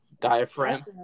Diaphragm